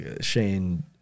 Shane